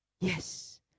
yes